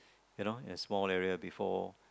you know a small area before